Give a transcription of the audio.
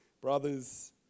Brothers